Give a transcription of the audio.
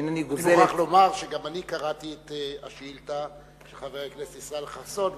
אני מוכרח לומר שגם אני קראתי את השאילתא של חבר הכנסת ישראל חסון,